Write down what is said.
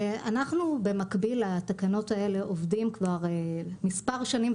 אנחנו במקביל לתקנות האלה עובדים כבר מספר שנים,